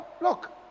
look